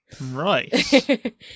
right